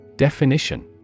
Definition